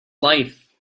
life